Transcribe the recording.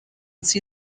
see